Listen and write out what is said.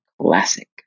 classic